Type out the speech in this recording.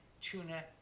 tuna